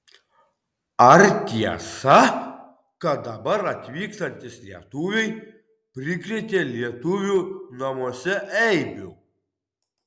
ar tiesa kad dabar atvykstantys lietuviai prikrėtė lietuvių namuose eibių